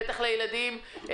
בוודאי לילדים,